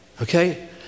Okay